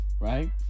right